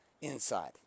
inside